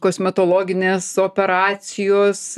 kosmetologinės operacijos